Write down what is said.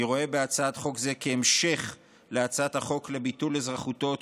אני רואה בהצעת חוק זה המשך להצעת החוק לביטול אזרחותו או